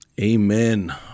Amen